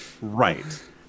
Right